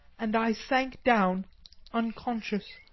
and i sank down unconscious.